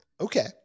Okay